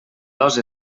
dos